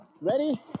Ready